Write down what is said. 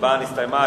ההצבעה נסתיימה.